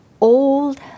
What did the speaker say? old